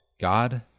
God